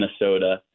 Minnesota